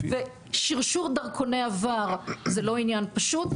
והשרשור של דרכוני עבר זה לא עניין פשוט,